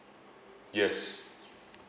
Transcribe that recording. yes